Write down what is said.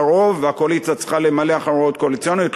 רוב והקואליציה צריכה למלא אחר הוראות קואליציוניות.